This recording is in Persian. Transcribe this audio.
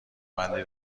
بندی